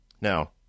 now